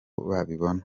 babibona